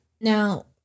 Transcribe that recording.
Now